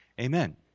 Amen